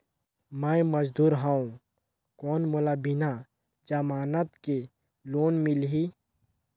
मे मजदूर हवं कौन मोला बिना जमानत के लोन मिलही?